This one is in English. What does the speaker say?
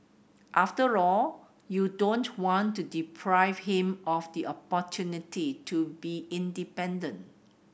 after all you don't want to deprive him of the opportunity to be independent